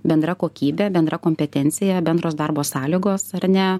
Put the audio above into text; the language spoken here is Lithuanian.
bendra kokybė bendra kompetencija bendros darbo sąlygos ar ne